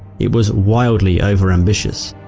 it was wildly over ambitious.